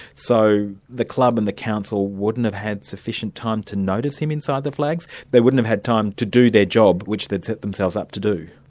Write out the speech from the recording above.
so the club and the council wouldn't have had sufficient time to notice him inside the flags, they wouldn't have had time to do their job which they'd set themselves up to do.